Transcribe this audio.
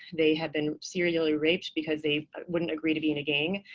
they have been serially raped because they wouldn't agree to be in a gang.